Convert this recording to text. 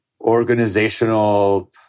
Organizational